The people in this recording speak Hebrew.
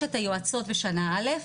יש את היועצות בשנה א',